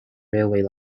railway